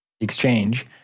exchange